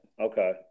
Okay